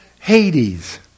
Hades